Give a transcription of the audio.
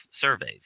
surveys